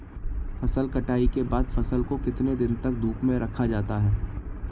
फसल कटाई के बाद फ़सल को कितने दिन तक धूप में रखा जाता है?